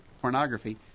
pornography